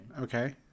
Okay